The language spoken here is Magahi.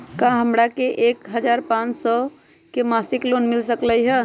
का हमरा के एक हजार पाँच सौ के मासिक लोन मिल सकलई ह?